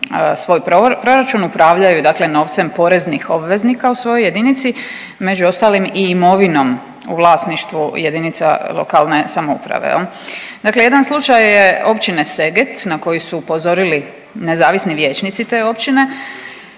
svoj proračun upravljaju, dakle novcem poreznih obveznika u svojoj jedinici među ostalim i imovinom u vlasništvu jedinica lokalne samouprave. Dakle, jedan slučaj je općine Seget na koji su upozorili nezavisni vijećnici te općine.